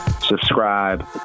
subscribe